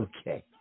Okay